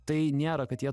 tai nėra kad jie